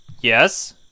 Yes